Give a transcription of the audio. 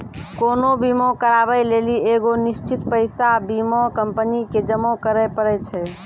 कोनो बीमा कराबै लेली एगो निश्चित पैसा बीमा कंपनी के जमा करै पड़ै छै